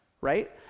right